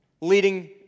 leading